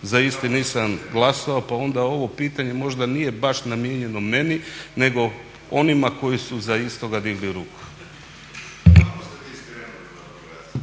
za isti nisam glasao pa onda ovo pitanje nije možda baš namijenjeno meni nego onima koji su za istoga digli ruku.